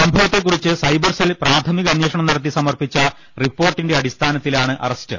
സംഭവത്തെക്കുറിച്ച് cyber cell പ്രാഥമിക അന്വേഷണം നടത്തി സമർപ്പിച്ച റിപ്പോർട്ടിന്റെ അടി സ്ഥാനത്തിലാണ് അറസ്റ്റ്